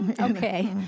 Okay